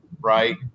Right